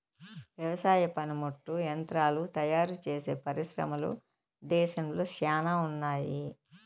వ్యవసాయ పనిముట్లు యంత్రాలు తయారుచేసే పరిశ్రమలు దేశంలో శ్యానా ఉన్నాయి